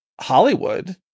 Hollywood